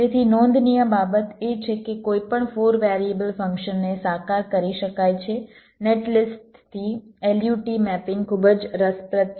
તેથી નોંધનીય બાબત એ છે કે કોઈપણ 4 વેરિયેબલ ફંક્શનને સાકાર કરી શકાય છે નેટલિસ્ટથી LUT મેપિંગ ખૂબ જ રસપ્રદ છે